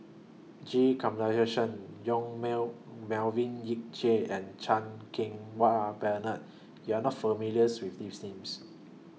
G Kandasamy Yong Mell Melvin Yik Chye and Chan Keng Wah Bernard YOU Are not familiars with These Names